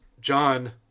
John